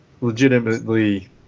legitimately